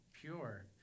pure